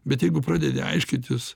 bet jeigu pradedi aiškintis